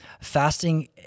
Fasting